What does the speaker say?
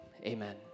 amen